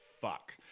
fuck